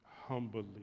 humbly